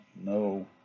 no